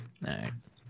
Nice